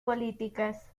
políticas